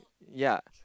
ya